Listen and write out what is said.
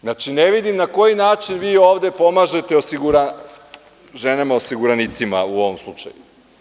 Znači, ne vidim na koji način vi ovde pomažete ženama osiguranicima u ovom slučaju.